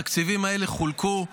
התקציבים האלה חולקו,